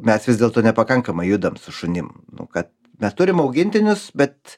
mes vis dėlto nepakankamai judam su šunim kad mes turim augintinius bet